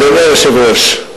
אדוני היושב-ראש.